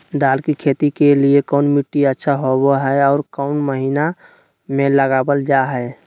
दाल की खेती के लिए कौन मिट्टी अच्छा होबो हाय और कौन महीना में लगाबल जा हाय?